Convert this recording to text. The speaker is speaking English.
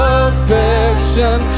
affection